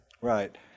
Right